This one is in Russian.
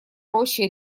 рощи